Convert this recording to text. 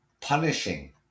punishing